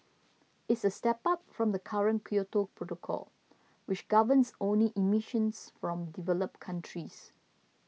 it is a step up from the current Kyoto Protocol which governs only emissions from developed countries